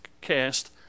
cast